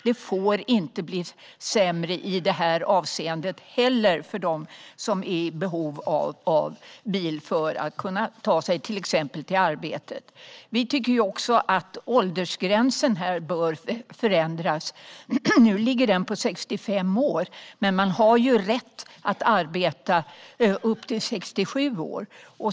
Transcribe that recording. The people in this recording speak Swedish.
Det får inte bli sämre i det här avseendet heller för dem som är i behov av bil för att kunna ta sig till exempel till arbetet. Vi tycker också att åldersgränsen bör förändras. Nu ligger den på 65 år, men man har ju rätt att arbeta till 67 år.